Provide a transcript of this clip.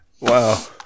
Wow